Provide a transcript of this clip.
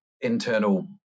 internal